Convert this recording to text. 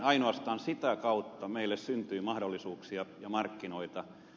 ainoastaan sitä kautta meille syntyy mahdollisuuksia ja markkinoita